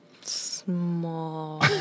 Small